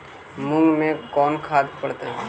मुंग मे कोन खाद पड़तै है?